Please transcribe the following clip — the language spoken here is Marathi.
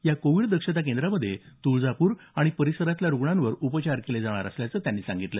या कोविड दक्षता केंद्रामध्ये तुळजापूर आणि परिसरातल्या रुग्णांवर उपचार केले जाणार असल्याचं त्यांनी सांगितलं